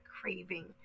craving